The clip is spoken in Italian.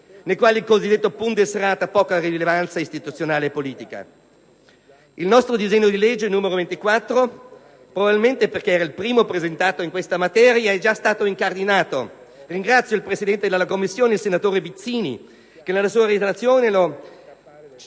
nei quali il cosiddetto *Bundesrat* ha poca rilevanza istituzionale e politica. Il nostro disegno di legge n. 24 - probabilmente perché era il primo presentato in materia - è già stato incardinato. Ringrazio il presidente della Commissione, senatore Vizzini, che nella sua relazione lo